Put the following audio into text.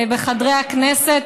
בחדרי הכנסת.